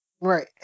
Right